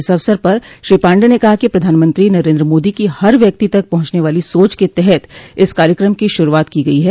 इस अवसर पर श्री पांडेय ने कहा कि प्रधानमंत्री नरेन्द्र मोदी की हर व्यक्ति तक पहुंचने वाली सोच के तहत इस कार्यकम की शुरूआत की गयी है